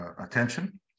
attention